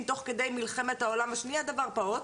תוך כדי מלחמת העולם השניה דבר פעוט,